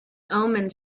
omens